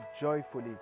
joyfully